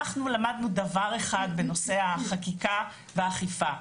אנחנו למדנו דבר אחד בנושא החקיקה והאכיפה,